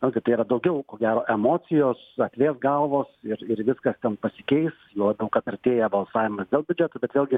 nu tai tai yra daugiau ko gero emocijos atvės galvos ir ir viskas ten pasikeis juo to kad artėja balsavimas dėl biudžeto bet vėlgi